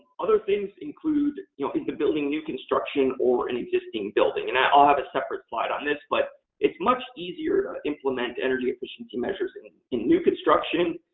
other things include is the building new construction or an existing building? and i'll ah have a separate slide on this. but it's much easier to implement energy efficiency measures in in new construction